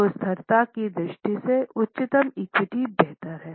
तो स्थिरता की दृष्टि से उच्चतम इक्विटी बेहतर है